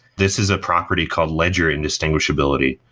this is a property called ledger and distinguishability.